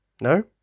No